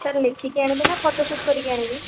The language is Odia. ସାର୍ ଲେଖିକି ଆଣିବି ନା ଫଟୋ ସୁଟ୍ କରିକି ଆଣିବି